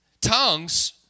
Tongues